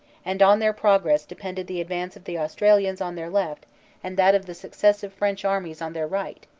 and on their progress depended the advance of the australians on their left and that of the successive french armies on their right,